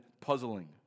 puzzling